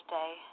day